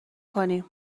کنیم